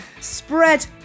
spread